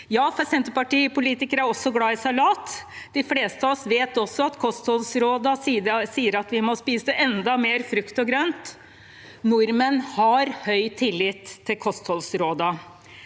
Ja, for Senterparti-politikere er også glad i salat. De fleste av oss vet også at kostholdsrådene sier at vi må spise enda mer frukt og grønt. Nordmenn har høy tillit til kostholdsrådene.